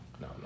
no